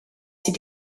sie